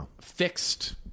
fixed